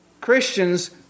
Christians